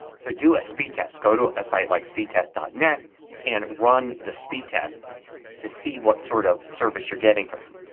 so do a speed test. go to a site like speed test dot net and run the speed test to see what sort of service you're getting from them.